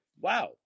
Wow